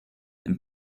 and